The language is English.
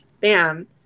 bam